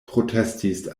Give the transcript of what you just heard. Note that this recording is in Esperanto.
protestis